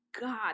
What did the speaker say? God